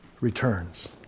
returns